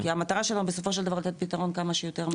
כי המטרה שלנו בסוף לתת פתרון כמה שיותר מהר.